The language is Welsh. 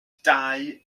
dau